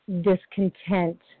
discontent